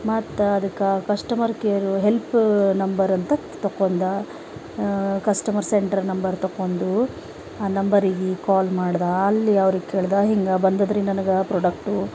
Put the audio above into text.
ಮತ್ತು ಅದಕ್ಕೆ customer care help number ಅಂತ ತೊಕೊಂಡ ಕಸ್ಟಮರ್ ಸೆಂಟರ್ ನಂಬರ್ ತೊಕೊಂಡು ಆ ನಂಬರಿಗಿ ಕಾಲ್ ಮಾಡಿದ ಅಲ್ಲಿ ಅವರಿಗ ಕೇಳಿದ ಹಿಂಗ ಬಂದದರಿ ನನಗ ಪ್ರೊಡಕ್ಟು